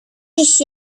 ich